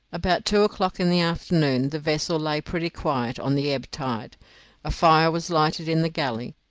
about two o'clock in the afternoon the vessel lay pretty quiet on the ebb tide a fire was lighted in the galley,